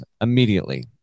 immediately